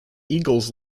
eagles